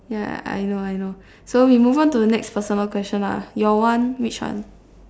ya I know I know so we move on to the next personal question lah your one which one